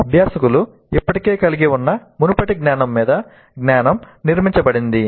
అభ్యాసకులు ఇప్పటికే కలిగి ఉన్న మునుపటి జ్ఞానం మీద జ్ఞానం నిర్మించబడింది